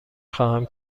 خواهم